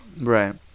Right